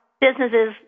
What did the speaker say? businesses